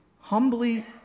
humbly